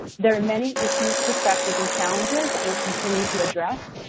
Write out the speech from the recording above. there are many issues, perspectives, and challenges that we'll continue to address.